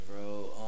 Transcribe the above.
bro